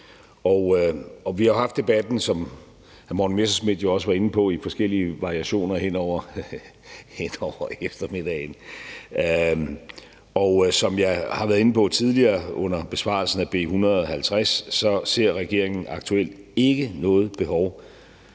Vi har jo haft debatten, som hr. Morten Messerschmidt også var inde på, i forskellige variationer hen over eftermiddagen, og som jeg har været inde på tidligere under besvarelsen ved B 150, ser regeringen aktuelt ikke noget behov